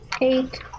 eight